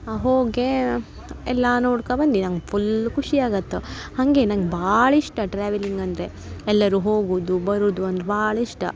ಹೋಗೆ ಎಲ್ಲಾ ನೋಡ್ಕ ಬಂದೆ ನಂಗೆ ಪುಲ್ ಖುಷಿ ಆಗತ್ತೆ ಹಾಗೆ ನಂಗೆ ಭಾಳ ಇಷ್ಟ ಟ್ರಾವೆಲ್ಲಿಂಗ್ ಅಂದರೆ ಎಲ್ಲರು ಹೋಗುದು ಬರುದು ಅಂದ್ರ ಭಾಳ ಇಷ್ಟ